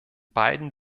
beiden